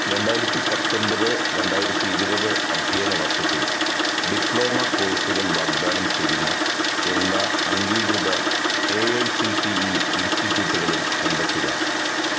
രണ്ടായിരത്തി പത്തൊൻപത് രണ്ടായിരത്തി ഇരുപത് അധ്യയന വർഷത്തിൽ ഡിപ്ലോമ കോഴ്സുകൾ വാഗ്ദാനം ചെയ്യുന്ന എല്ലാ അംഗീകൃത A I C T E ഇൻസ്റ്റിറ്റൂട്ടുകളും കണ്ടെത്തുക